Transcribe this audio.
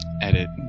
edit